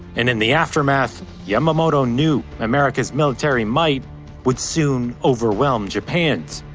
and in the aftermath, yamamoto knew america's military might would soon overwhelm japan's.